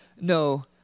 no